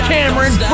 Cameron